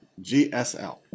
GSL